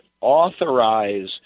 authorize